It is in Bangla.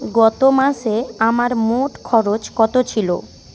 গত মাসে আমার মোট খরচ কত ছিল